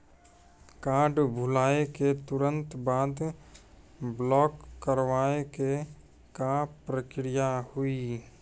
Card भुलाए के तुरंत बाद ब्लॉक करवाए के का प्रक्रिया हुई?